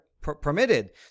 permitted